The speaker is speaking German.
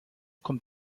kommt